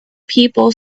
people